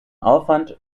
aufwand